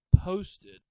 posted